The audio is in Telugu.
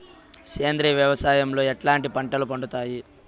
సేంద్రియ వ్యవసాయం లో ఎట్లాంటి పంటలు పండుతాయి